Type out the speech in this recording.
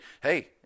hey